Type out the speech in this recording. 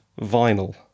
vinyl